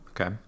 Okay